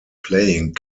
playing